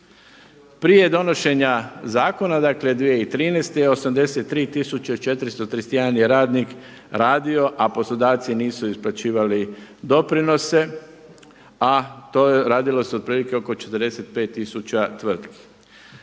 Prije donošenja zakona, dakle 2013. je 83431 je radnik radio, a poslodavci nisu isplaćivali doprinose a radilo se otprilike o 45000 tvrtki.